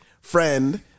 friend